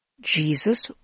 Jesus